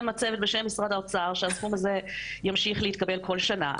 הצוות בשם משרד האוצר שהסכום הזה ימשיך להתקבל בכל שנה.